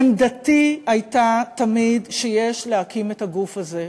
עמדתי הייתה תמיד, שיש להקים את הגוף הזה.